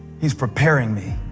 he's preparing me